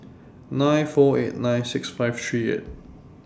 nine four eight nine six five three eight